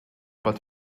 but